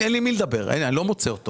אני לא מוצא אותו